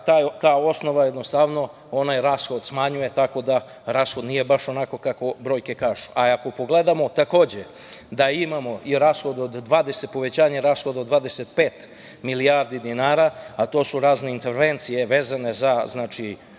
ta osnova jednostavno rashod smanjuje tako da rashod nije baš onako kako brojke kažu. Ako pogledamo da imamo i povećanje rashoda od 25 milijardi dinara, a to su razne intervencije vezane za